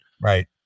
right